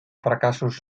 fracassos